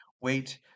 Wait